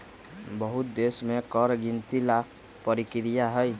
बहुत देश में कर के गिनती ला परकिरिया हई